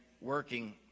working